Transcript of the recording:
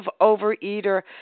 overeater